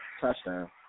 Touchdown